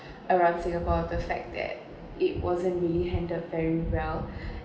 around singapore the fact that it wasn't really handle very well